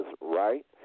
right